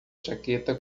jaqueta